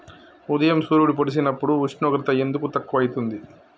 ఉదయం సూర్యుడు పొడిసినప్పుడు ఉష్ణోగ్రత ఎందుకు తక్కువ ఐతుంది?